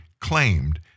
claimed